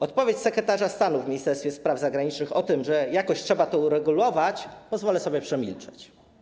Odpowiedź sekretarz stanu w Ministerstwie Spraw Zagranicznych o tym, że jakoś trzeba to uregulować, pozwolę sobie przemilczeć.